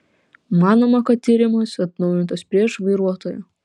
manoma kad tyrimas atnaujintas prieš vairuotoją